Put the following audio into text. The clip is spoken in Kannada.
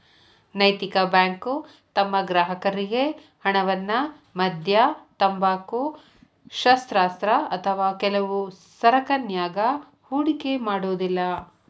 ನೈತಿಕ ಬ್ಯಾಂಕು ತಮ್ಮ ಗ್ರಾಹಕರ್ರಿಗೆ ಹಣವನ್ನ ಮದ್ಯ, ತಂಬಾಕು, ಶಸ್ತ್ರಾಸ್ತ್ರ ಅಥವಾ ಕೆಲವು ಸರಕನ್ಯಾಗ ಹೂಡಿಕೆ ಮಾಡೊದಿಲ್ಲಾ